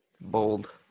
Bold